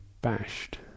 bashed